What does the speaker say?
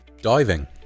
diving